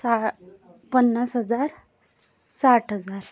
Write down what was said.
सहा पन्नास हजार साठ हजार